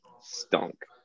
stunk